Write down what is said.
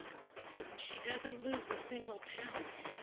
and she doesn't lose a single pound.